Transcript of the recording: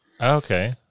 Okay